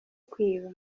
kwiba